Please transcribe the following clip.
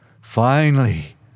Finally